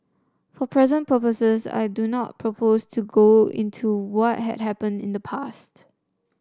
for present purposes I do not propose to go into what had happened in the past